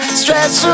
stress